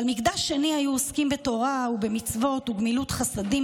אבל מקדש שני היו עוסקים בתורה ובמצוות ובגמילות חסדים,